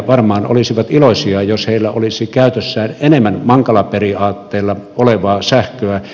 varmaan olisivat iloisia jos heillä olisi käytössään enemmän mankala periaatteella olevaa sähköä